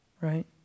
right